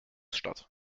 stadt